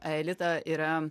aelita yra